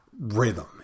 rhythm